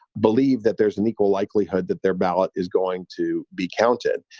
believe that there is an equal likelihood that their ballot is going to be counted.